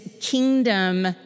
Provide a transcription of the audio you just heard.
kingdom